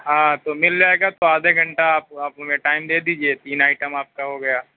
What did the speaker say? ہاں تو مِل جائے گا تو آدھے گھنٹہ آپ آپ ہمیں ٹائم دے دیجئے تین آئٹم آپ کا ہو گیا